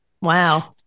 Wow